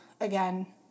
again